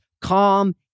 calm